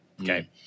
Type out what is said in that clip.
Okay